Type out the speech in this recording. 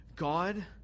God